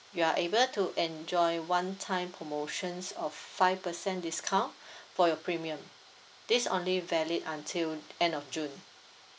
you are able to enjoy one time promotions of five percent discount for your premium this only valid until end of june